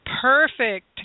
perfect